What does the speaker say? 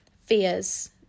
fears